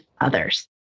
others